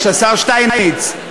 השר שטייניץ.